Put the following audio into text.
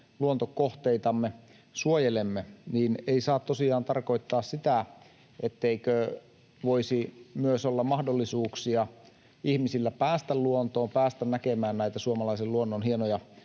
luontokohteitamme suojelemme, ei saa tosiaan tarkoittaa sitä, etteikö voisi myös olla mahdollisuuksia ihmisillä päästä luontoon, päästä näkemään näitä suomalaisen luonnon hienoja